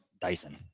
Dyson